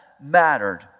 mattered